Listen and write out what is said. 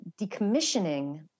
decommissioning